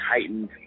heightened